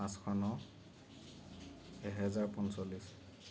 পাঁচশ ন এহেজাৰ পঞ্চল্লিছ